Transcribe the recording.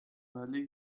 ولی